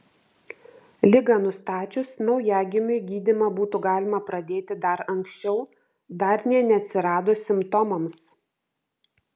ligą nustačius naujagimiui gydymą būtų galima pradėti dar anksčiau dar nė neatsiradus simptomams